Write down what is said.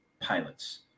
pilots